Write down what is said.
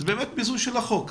זה באמת ביזוי של החוק.